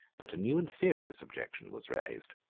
but a new and serious objection was raised.